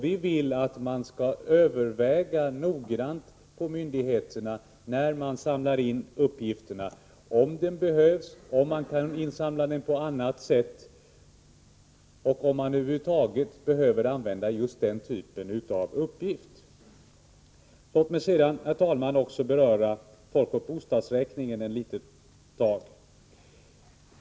Vi vill att myndigheter, när de samlar in uppgifter, noggrant skall överväga om de kan samlas in på annat sätt och om man över huvud taget behöver använda den typen av uppgift. Låt mig sedan också beröra folkoch bostadsräkningen något.